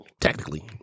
technically